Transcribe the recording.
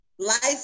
Life